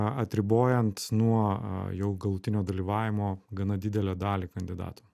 atribojant nuo jau galutinio dalyvavimo gana didelę dalį kandidatų